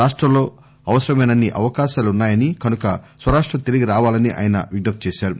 రాష్టంలో అవసరమైనన్ని అవకాశాలున్నా యని కనుక స్వరాష్ట్రం తిరిగి రావాలని ఆయన విజ్నప్తి చేశారు